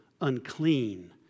unclean